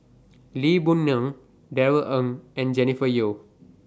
Lee Boon Ngan Darrell Ang and Jennifer Yeo